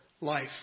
life